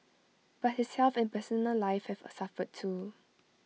but his health and personal life have suffered too